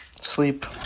sleep